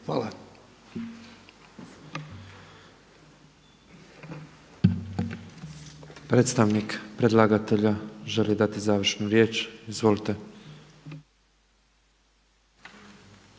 Predstavnik predlagatelja želi dati završnu riječ. Izvolite.